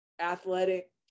athletic